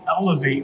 elevate